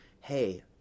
hey